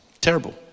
Terrible